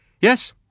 Yes